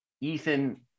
Ethan